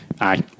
Aye